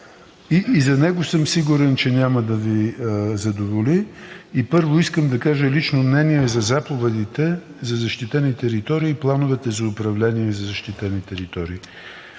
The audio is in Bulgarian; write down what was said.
и за него съм сигурен, че няма да Ви задоволи. Първо искам да кажа лично мнение за заповедите за защитени територии и плановете за управление за защитени територии.